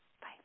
Bye